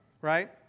Right